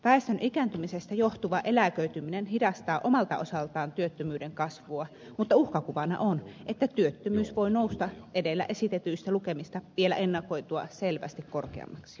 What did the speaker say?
väestön ikääntymisestä johtuva eläköityminen hidastaa omalta osaltaan työttömyyden kasvua mutta uhkakuvana on että työttömyys voi nousta edellä esitetyistä lukemista vielä ennakoitua selvästi korkeammaksi